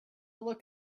look